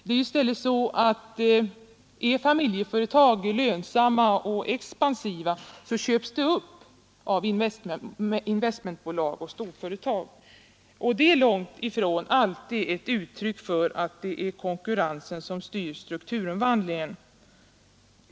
Det är i stället så, att är familjeföretag lönsamma och expansiva så köps de upp av investmentbolag och storföretag. Det är långt ifrån alltid ett uttryck för att det är konkurrensen som styr strukturomvandlingen.